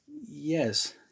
yes